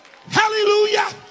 Hallelujah